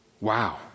Wow